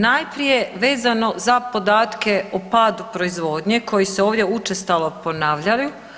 Najprije vezano za podatke o padu proizvodnje koji se ovdje učestalo ponavljaju.